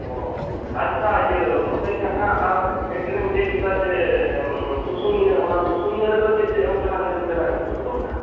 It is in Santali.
ᱚ ᱟᱪᱷᱟ ᱤᱭᱟᱹ ᱱᱚᱱᱰᱮ ᱡᱟᱦᱟᱸ ᱟᱨ ᱢᱮᱫ ᱴᱮᱱ ᱮᱢ ᱞᱟᱹᱭ ᱠᱮᱫᱟ ᱡᱮ ᱥᱩᱥᱩᱱᱤᱭᱟᱹ ᱚᱱᱟ ᱥᱩᱥᱩᱱᱤᱭᱟᱹ ᱨᱮᱫᱚ ᱪᱮᱫ ᱪᱮᱫ ᱚᱱᱠᱟᱱᱟᱜ ᱧᱮᱞ ᱛᱮᱱᱟᱜ ᱡᱤᱱᱤᱥ ᱠᱚᱫᱚ ᱢᱮᱱᱟᱜ ᱟ